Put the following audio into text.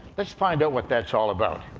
let's find out what that's all about.